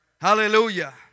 Hallelujah